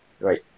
right